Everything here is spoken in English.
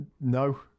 no